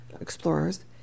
explorers